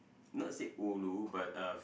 not say ulu but uh